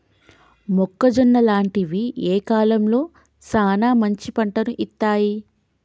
మొక్కజొన్న లాంటివి ఏ కాలంలో సానా మంచి పంటను ఇత్తయ్?